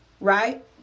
right